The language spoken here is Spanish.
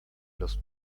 los